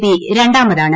P രാമതാണ്